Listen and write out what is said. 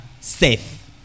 safe